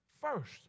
first